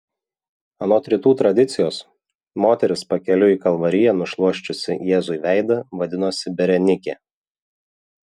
anot rytų tradicijos moteris pakeliui į kalvariją nušluosčiusi jėzui veidą vadinosi berenikė